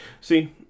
see